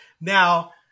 Now